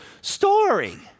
story